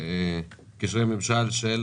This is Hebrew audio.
קשרי ממשל של